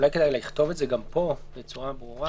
אולי כדאי לכתוב את זה גם פה בצורה ברורה.